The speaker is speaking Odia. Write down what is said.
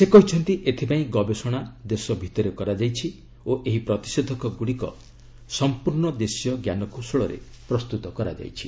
ସେ କହିଛନ୍ତି ଏଥିପାଇଁ ଗବେଷଣା ଦେଶ ଭିତରେ କରାଯାଇଛି ଓ ଏହି ପ୍ରତିଷେଧକ ଗୁଡ଼ିକ ସମ୍ପର୍ଷ୍ଣ ଦେଶୀୟ ଜ୍ଞାନକୌଶଳରେ ପ୍ରସ୍ତୁତ କରାଯାଇଛି